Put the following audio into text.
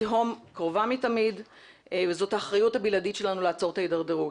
התהום קרובה מתמיד וזאת האחריות הבלעדית שלנו לעצור את ההידרדרות.